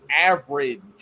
average